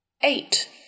Eight